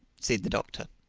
said the doctor,